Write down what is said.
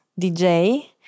DJ